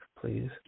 please